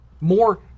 More